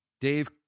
Dave